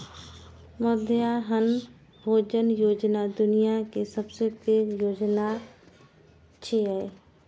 मध्याह्न भोजन योजना दुनिया के सबसं पैघ योजना छियै